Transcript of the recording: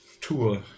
tour